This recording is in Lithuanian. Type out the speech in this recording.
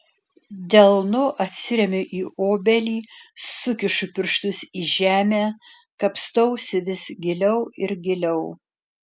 delnu atsiremiu į obelį sukišu pirštus į žemę kapstausi vis giliau ir giliau